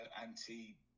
anti